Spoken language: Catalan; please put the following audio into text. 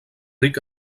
ric